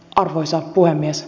arvoisa puhemies